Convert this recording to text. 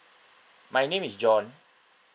my name is john